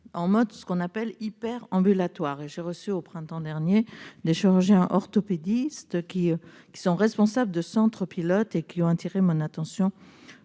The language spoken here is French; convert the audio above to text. en mode « hyper-ambulatoire ». J'ai reçu au printemps dernier des chirurgiens orthopédistes responsables de centres pilotes, qui ont attiré mon attention